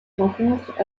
rencontres